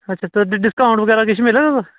अच्छा ते किश डिस्काऊंट बगैरा किश मिलग